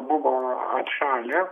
buvo atšalę